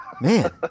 Man